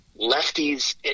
lefties